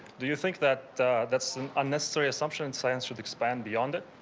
do you think that that's an unnecessary assumption and science should expand beyond it?